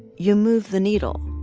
you move the needle.